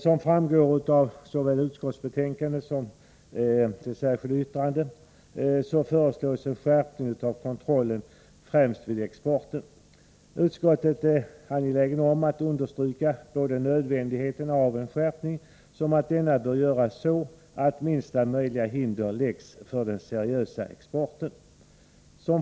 Som framgår av både utskottets skrivning och det särskilda yttrandet föreslås en skärpning av kontrollen främst vid export. Utskottet är angeläget om att understryka såväl nödvändigheten av en skärpning som vikten av att denna görs så, att minsta möjliga hinder läggs för den seriösa exporten.